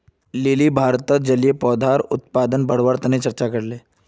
lily भारतत जलीय पौधाक उत्पादन बढ़वार बारे चर्चा करले